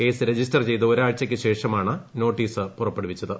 case register ചെയ്ത് ഒരാഴ്ചയ്ക്കു ശേഷമാണ് നോട്ടീസ് പുറപ്പെടുവിച്ചത്